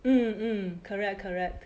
mm mm correct correct